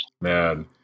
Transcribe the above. man